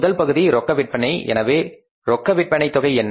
முதல் பகுதி ரொக்க விற்பனை எனவே ரொக்க விற்பனை தொகை என்ன